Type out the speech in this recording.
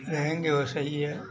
रहेंगे वैसे ही यह